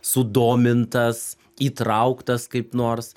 sudomintas įtrauktas kaip nors